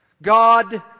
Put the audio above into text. God